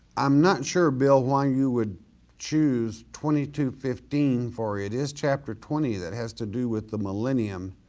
i'm not sure bill why you would choose twenty two fifteen for it is chapter twenty that has to do with the millennium,